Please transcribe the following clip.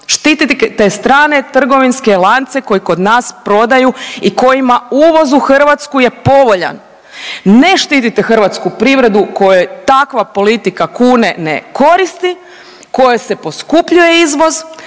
štitite strane trgovinske lance koji kod nas prodaju i kojima uvoz u Hrvatsku je povoljan, ne štitite hrvatsku privredu kojoj takva politika kune ne koristi, kojoj se poskupljuje izvoz,